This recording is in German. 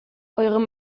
eure